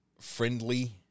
friendly